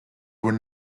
were